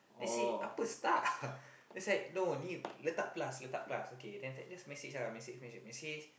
then say apa star it's like no ni letak plus letak plus okay then after that just message ah message message message